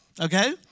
Okay